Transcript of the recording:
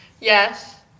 yes